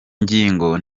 nyigo